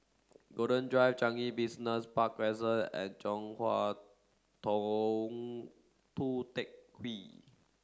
Golden Drive Changi Business Park Crescent and Chong Hua Tong Tou Teck Hwee